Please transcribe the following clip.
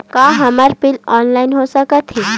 का हमर bill online हो सकत हे?